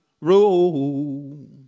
roll